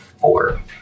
Four